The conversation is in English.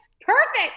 Perfect